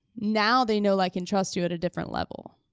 now they know, like, and trust you at a different level.